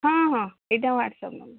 ହଁ ହଁ ଏଇଟା ହ୍ୱାଟସ୍ଆପ୍ ନମ୍ବର